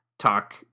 talk